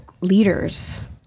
leaders